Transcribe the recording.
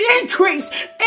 increase